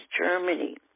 Germany